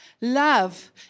Love